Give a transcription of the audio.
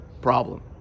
problem